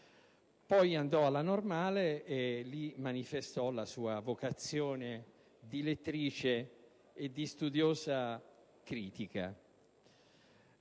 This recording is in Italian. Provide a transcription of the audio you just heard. Poi frequentò la Normale, e lì dove manifestò la sua vocazione di lettrice e di studiosa critica.